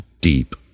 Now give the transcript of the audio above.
deep